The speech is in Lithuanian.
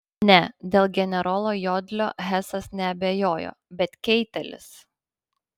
ne dėl generolo jodlio hesas neabejojo bet keitelis